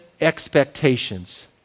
expectations